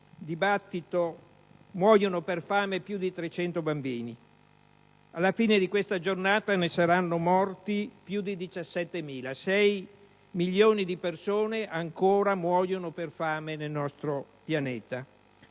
dibattito, muoiono per fame più di 300 bambini. Alla fine di questa giornata ne saranno morti più di 17.000: 6.000.000 di persone ogni anno ancora muoiono per fame nel nostro pianeta.